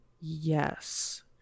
yes